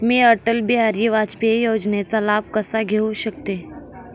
मी अटल बिहारी वाजपेयी योजनेचा लाभ कसा घेऊ शकते?